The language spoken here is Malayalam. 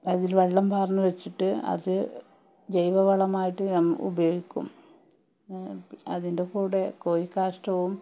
അതിൽ വെള്ളം വാർന്ന് വച്ചിട്ട് അത് ജൈവ വളമായിട്ട് ഞ ഉപയോഗിക്കും അതിൻ്റെ കൂടെ കോയികാഷ്ട്ടവും